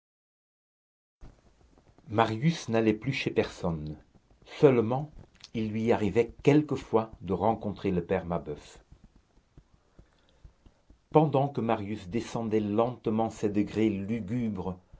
marius n'allait plus chez personne seulement il lui arrivait quelquefois de rencontrer le père mabeuf pendant que marius descendait lentement ces degrés lugubres